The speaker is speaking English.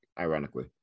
ironically